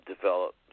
develop